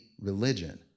religion